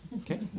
Okay